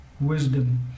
wisdom